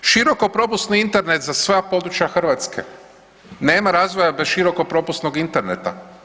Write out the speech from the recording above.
Široko propusni Internet za sva područja Hrvatske, nema razvoja bez široko propusnog interneta.